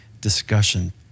discussion